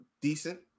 decent